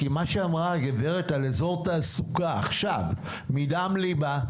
כי מה שאמרה הגב' על אזור תעסוקה עכשיו מדם ליבה,